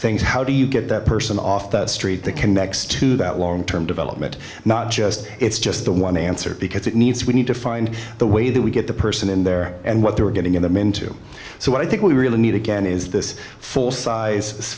things how do you get that person off the street that connects to that long term development not just it's just the one answer because it needs we need to find the way that we get the person in there and what they're getting in them into so what i think we really need again is this full size